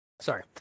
sorry